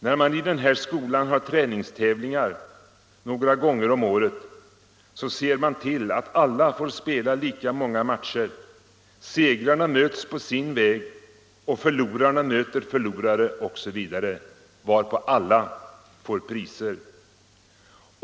När man i den här ”skolan” har träningstävlingar några gånger om året så ser man till att alla får spela lika många matcher, segrarna möts på sin väg och förlorarna möter förlorare osv. Varpå alla får priser.